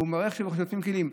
והוא מראה איך שוטפים כלים.